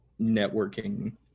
networking